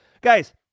Guys